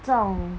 这种